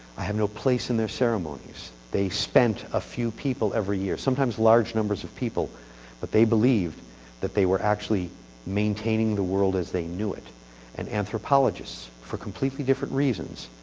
i have no place in their ceremonies. they spent a few people every year sometimes large numbers of people but they believed that they were actually maintaining the world as they knew it and anthropologists, for completely different reasons,